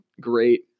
great